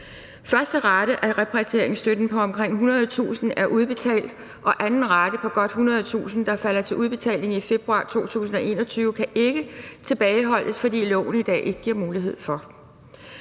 Første rate af repatrieringsstøtten på omkring 100.000 kr. er udbetalt, og anden rate på godt 100.000 kr., hvor udbetalingen falder i februar 2021, kan ikke tilbageholdes, fordi loven i dag ikke giver mulighed for